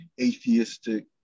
atheistic